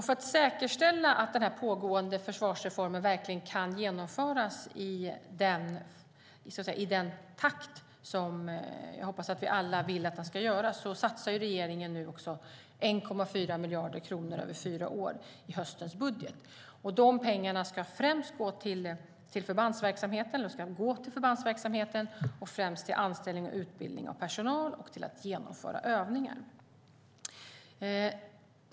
För att säkerställa att den pågående försvarsreformen verkligen kan genomföras, i den takt som jag hoppas att vi alla vill att den ska göra, satsar regeringen också 1,4 miljarder kronor över fyra år i höstens budget. De pengarna ska gå till förbandsverksamheten och främst till anställning och utbildning av personal och till att genomföra övningar.